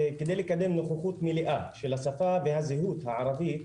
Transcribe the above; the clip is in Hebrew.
על מנת לקדם נוכחות מלאה של השפה והזהות הערבית,